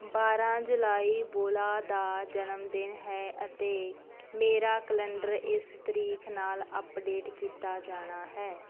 ਬਾਰ੍ਹਾਂ ਜੁਲਾਈ ਬੋਲਾ ਦਾ ਜਨਮਦਿਨ ਹੈ ਅਤੇ ਮੇਰਾ ਕਲੰਡਰ ਇਸ ਤਰੀਕ ਨਾਲ ਅੱਪਡੇਟ ਕੀਤਾ ਜਾਣਾ ਹੈ